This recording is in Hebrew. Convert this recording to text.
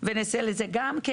ונצא לזה גם כן.